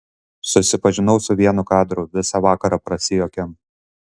susipažinau su vienu kadru visą vakarą prasijuokėm